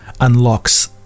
unlocks